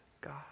God